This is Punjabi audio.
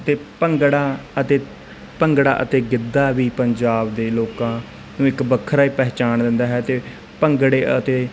ਅਤੇ ਭੰਗੜਾ ਅਤੇ ਭੰਗੜਾ ਅਤੇ ਗਿੱਧਾ ਵੀ ਪੰਜਾਬ ਦੇ ਲੋਕਾਂ ਨੂੰ ਇੱਕ ਵੱਖਰਾ ਹੀ ਪਹਿਚਾਣ ਦਿੰਦਾ ਹੈ ਅਤੇ ਭੰਗੜੇ ਅਤੇ